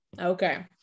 okay